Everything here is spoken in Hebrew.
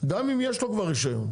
גם אם יש לו כבר רישיון,